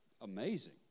amazing